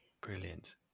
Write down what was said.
Brilliant